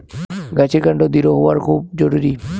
গাছের কান্ড দৃঢ় হওয়া খুব জরুরি